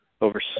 over –